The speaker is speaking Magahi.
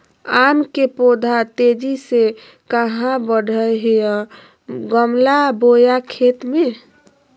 आम के पौधा तेजी से कहा बढ़य हैय गमला बोया खेत मे?